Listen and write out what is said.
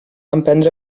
emprendre